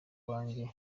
wanjye